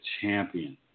champion